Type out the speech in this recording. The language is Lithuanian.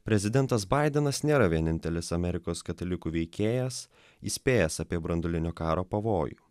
prezidentas baidenas nėra vienintelis amerikos katalikų veikėjas įspėjęs apie branduolinio karo pavojų